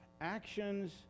actions